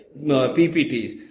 PPTs